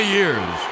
years